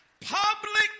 Public